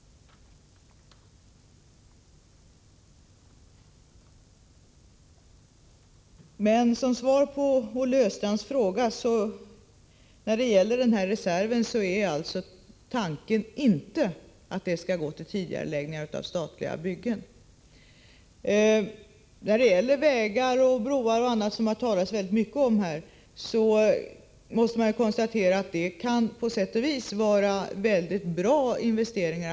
Som svar på Olle Östrands fråga när det gäller reserven kan jag säga att tanken alltså inte är att den skall gå till tidigareläggning av statliga byggen. Man kan konstatera att det är väldigt bra att göra investeringar i vägar, broar och andra byggnadsprojekt som det har talats mycket om här.